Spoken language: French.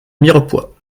mirepoix